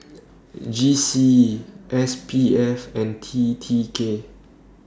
G C E S P F and T T K